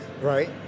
Right